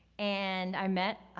and i met,